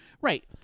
Right